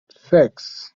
six